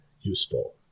useful